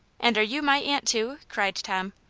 and are you my aunt, too? cried tom.